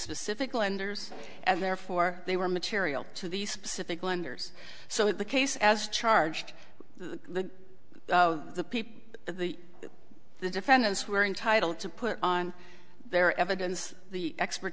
specific lenders and therefore they were material to these specific lenders so that the case as charged the the people the the defendants were entitled to put on their evidence the expert